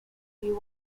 you